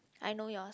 I know yours